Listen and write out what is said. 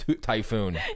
typhoon